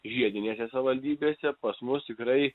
žiedinėse savaldybėse pas mus tikrai